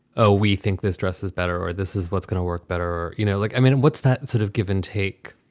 oh, we think this dress is better or this is what's going to work better? you know, look, i mean, what's that sort of given take?